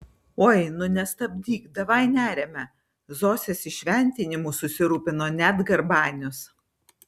oi nu nestabdyk davaj neriame zosės įšventinimu susirūpino net garbanius